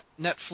Netflix